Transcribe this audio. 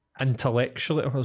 intellectually